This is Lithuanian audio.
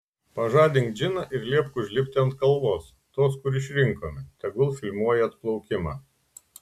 pažadink džiną ir liepk užlipti ant kalvos tos kur išrinkome tegul filmuoja atplaukimą